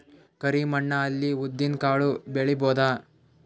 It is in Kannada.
ಕರಿ ಮಣ್ಣ ಅಲ್ಲಿ ಉದ್ದಿನ್ ಕಾಳು ಬೆಳಿಬೋದ?